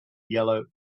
yellow